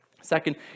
Second